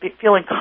feeling